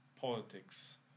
politics